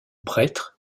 prêtre